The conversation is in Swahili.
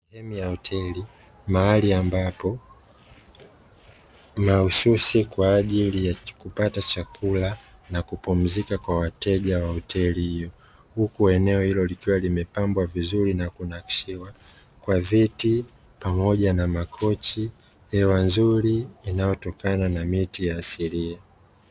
Sehemu ya hoteli, mahali ambapo mahsusi kwa ajili ya kupata chakula na kupumzika kwa wateja wa hoteli hiyo. Huku eneo hilo likiwa limepambwa vizuri na kunakshiwa kwa viti pamoja na makochi. Hewa nzuri inayotokana na miti ya asilia.